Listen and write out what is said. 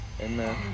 Amen